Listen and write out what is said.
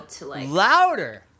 louder